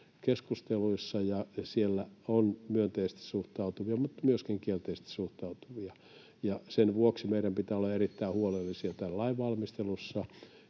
keskusteluissa, ja siellä on myönteisesti suhtautuvia, mutta myöskin kielteisesti suhtautuvia. Sen vuoksi meidän pitää olla erittäin huolellisia tämän lain valmistelussa